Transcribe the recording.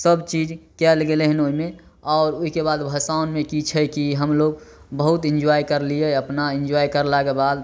सबचीज कएल गेलै हन ओहिमे आओर ओहिके बाद भसानमे कि छै कि हमलोग बहुत ईन्जॉय करलियै अपना ईन्जॉय करलाके बाद